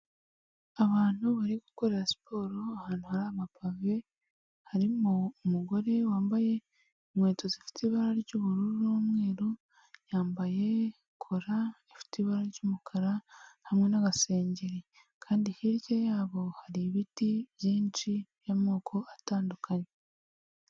Abantu bari gukora siporo ahantu hari amapave, harimo umugore wambaye inkweto zifite ibara ry'ubururu n'umweru, yambaye kora ifite ibara ry'umukara hamwe n'agasengeri kandi hirya yabo hari ibiti byinshi by'amoko atandukanye.